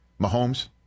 Mahomes